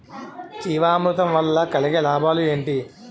జీవామృతం వల్ల కలిగే లాభాలు ఏంటి?